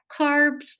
carbs